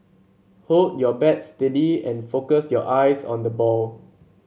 hold your bat steady and focus your eyes on the ball